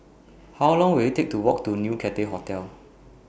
How Long Will IT Take to Walk to New Cathay Hotel